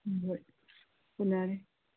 ꯍꯣꯏ ꯎꯅꯔꯦ